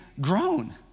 grown